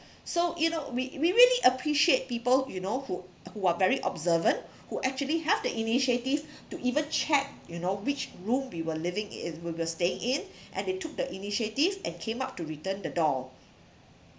so you know we we really appreciate people you know who who are very observant who actually have the initiative to even check you know which room we were living we were staying in and they took the initiative and came up to return the doll